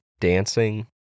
dancing